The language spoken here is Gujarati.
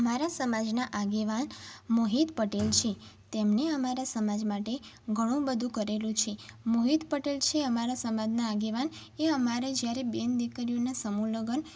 અમારા સમાજના આગેવાન મોહિત પટેલ છે તેમણે અમારા સમાજ માટે ઘણું બધું કરેલું છે મોહિત પટેલ છે અમારા સમાજના આગેવાન એ અમારે જ્યારે બેન દીકરીઓના સમૂહલગ્ન